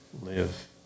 live